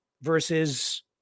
versus